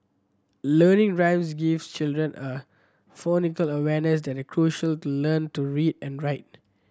learning rhymes gives children a awareness that is crucial to learn to read and write